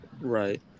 Right